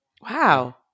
wow